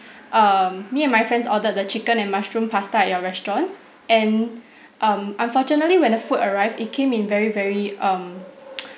um me and my friends ordered the chicken and mushroom pasta at your restaurant and um unfortunately when the food arrived it came in very very um